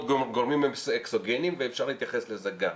גורמים אקסוגניים ואפשר להתייחס לזה גם.